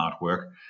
artwork